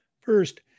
First